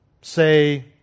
say